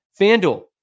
FanDuel